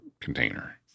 container